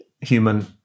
human